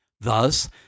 Thus